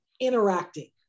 interacting